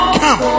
come